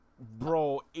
Bro